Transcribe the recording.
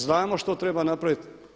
Znamo što treba napraviti.